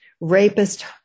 Rapist